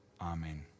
Amen